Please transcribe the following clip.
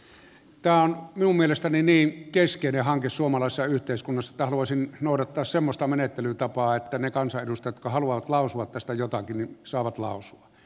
tämä on minun mielestäni niin keskeinen hanke suomalaisessa yhteiskunnassa että haluaisin noudattaa semmoista menettelytapaa että ne kansanedustajat jotka haluavat lausua tästä jotakin saavat lausua